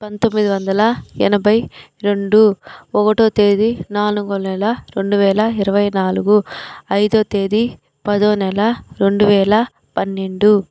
పంతొమ్మిది వందల ఎనభై రెండు ఒకటో తేదీ నాలుగో నెల రెండు వేల ఇరవై నాలుగు ఐదో తేదీ పదో నెల రెండు వేల పన్నెండు